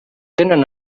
tenen